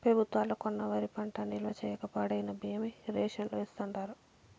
పెబుత్వాలు కొన్న వరి పంట నిల్వ చేయక పాడైన బియ్యమే రేషన్ లో ఇస్తాండారు